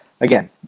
again